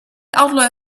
outlaw